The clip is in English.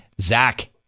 Zach